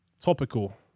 topical